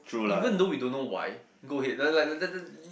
even though we don't know why go ahead like like that that that